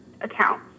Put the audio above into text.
account